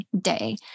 day